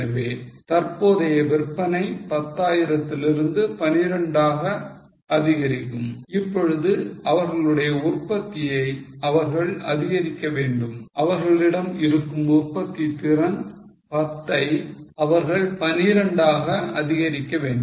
எனவே தற்போதைய விற்பனை 10 ஆயிரத்திலிருந்து 12 ஆக அதிகரிக்கும் இப்பொழுது அவர்களுடைய உற்பத்தியை அவர்கள் அதிகரிக்க வேண்டும் அவர்களிடம் இருக்கும் உற்பத்தித் திறன் 10 ஐ அவர்கள் 12 ஆக அதிகரிக்க வேண்டும்